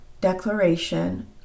declaration